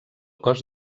cos